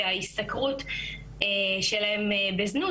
שההשתכרות שלהן בזנות,